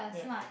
yup